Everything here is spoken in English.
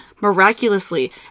miraculously